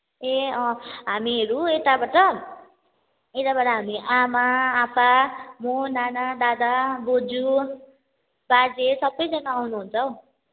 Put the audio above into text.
ए अँ हामीहरू यताबाट यताबाट हामी आमा आप्पा म नाना दादा बोजू बाजे सबैजना आउनुहुन्छ हौ